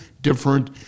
different